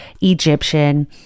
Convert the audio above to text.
Egyptian